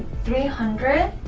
three hundred